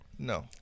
No